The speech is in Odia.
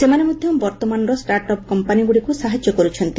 ସେମାନେ ମଧ୍ୟ ବର୍ତ୍ତମାନର ଷ୍ଟାଟ୍ଅପ୍ କମ୍ପାନୀଗୁଡ଼ିକୁ ସାହାଯ୍ୟ କରୁଛନ୍ତି